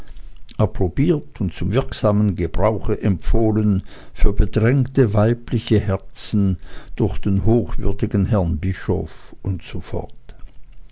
approbiert und zum wirksamen gebrauche empfohlen für bedrängte weibliche herzen durch den hochwürdigsten herren bischof usf